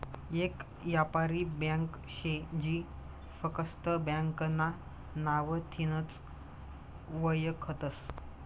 येक यापारी ब्यांक शे जी फकस्त ब्यांकना नावथीनच वयखतस